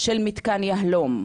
של מתקן יהלו"ם.